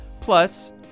Plus